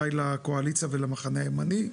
מחבריי לקואליציה ולמחנה הימני,